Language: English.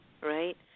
right